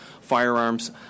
firearms